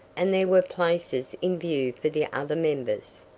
and there were places in view for the other members.